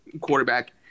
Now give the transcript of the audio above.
quarterback